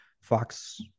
Fox